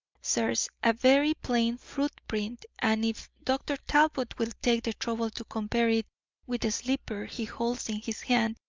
sirs, a very plain footprint, and if dr. talbot will take the trouble to compare it with the slipper he holds in his hand,